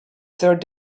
third